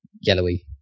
yellowy